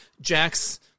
Jack's